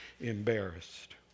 Embarrassed